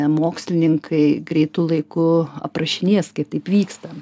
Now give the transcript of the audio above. mokslininkai greitu laiku aprašinės kaip taip vyksta